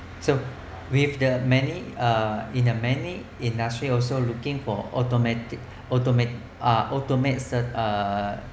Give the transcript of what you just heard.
so with the many uh in the many industry also looking for automatic automate uh automate cert~ uh